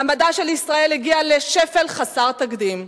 מעמדה של ישראל הגיע לשפל חסר תקדים.